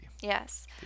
yes